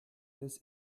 des